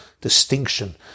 distinction